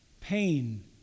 pain